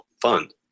fund